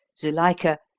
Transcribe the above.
zuilika,